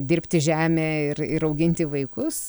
dirbti žemę ir ir auginti vaikus